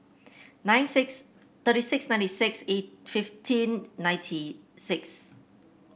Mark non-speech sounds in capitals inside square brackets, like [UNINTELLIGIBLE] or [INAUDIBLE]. nine six thirty six ninety six [UNINTELLIGIBLE] fifteen ninety six